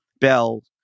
Bell